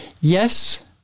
Yes